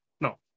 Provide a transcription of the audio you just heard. No